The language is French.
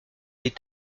est